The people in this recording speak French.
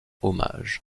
hommage